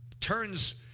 turns